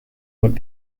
would